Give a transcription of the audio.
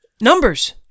Numbers